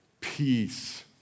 peace